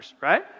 Right